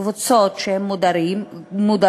קבוצות שהן מודרות,